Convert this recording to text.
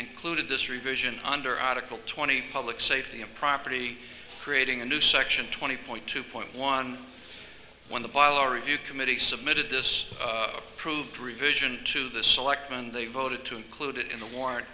included this revision under article twenty public safety of property creating a new section twenty point two point one one the bi lo review committee submitted this approved revision to the selectmen they voted to include in the war